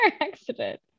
accident